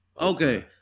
Okay